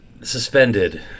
suspended